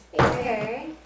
Okay